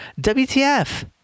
WTF